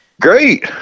Great